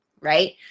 right